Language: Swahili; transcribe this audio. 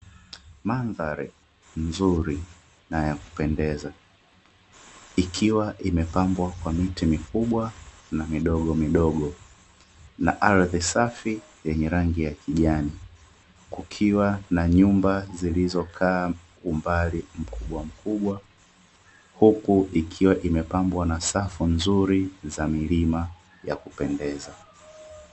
Mandhari nzuri na ya kupendeza ikiwa imepambwa kwa miti mikubwa na midogomidogo na ardhi safi yenye rangi ya kijani, kukiwa na nyumba zilizokaa umbali mkubwamkubwa huku ikiwa imepambwa na safu nzuri za milima ya kupendeza.